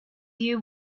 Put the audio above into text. you